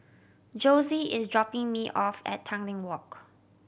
Josie is dropping me off at Tanglin Walk